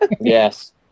Yes